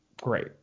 great